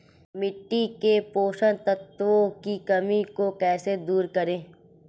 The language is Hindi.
मिट्टी के पोषक तत्वों की कमी को कैसे दूर करें?